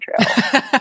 Trail